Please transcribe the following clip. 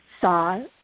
saw